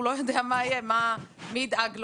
הוא לא יודע מי ידאג לו.